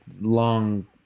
long